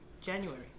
January